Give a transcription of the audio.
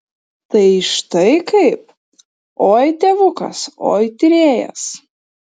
tai štai kaip oi tėvukas oi tyrėjas